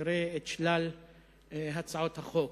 תראה את שלל הצעות החוק,